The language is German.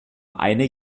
eine